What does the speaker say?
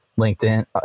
LinkedIn